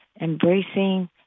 embracing